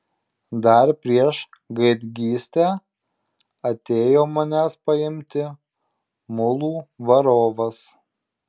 dar prieš gaidgystę atėjo manęs paimti mulų varovas